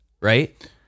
right